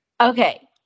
Okay